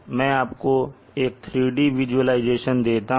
मैं आपको एक 3D विजुलाइजेशन देता हूं